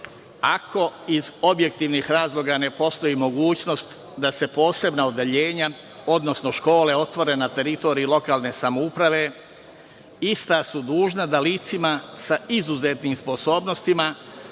ako iz objektivnih razloga ne postoji mogućnost da se posebna odeljenja, odnosno škole otvore na teritoriji lokalne samouprave ista su dužna da licima sa izuzetnim sposobnostima